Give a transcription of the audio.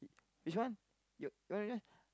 which one you you want